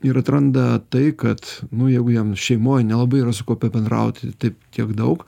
ir atranda tai kad nu jeigu jam šeimoj nelabai yra su kuo pabendrauti taip tiek daug